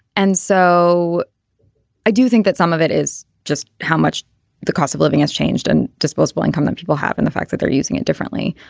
and so i do think that some of it is just how much the cost of living has changed and disposable income that people have and the fact that they're using it differently.